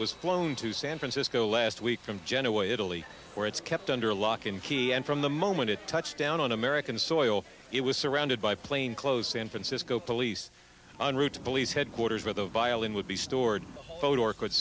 was flown to san francisco last week from genoa italy where it's kept under lock and key and from the moment it touched down on american soil it was surrounded by plain clothes san francisco police on route to police headquarters where the violin would be stored or could